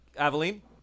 Aveline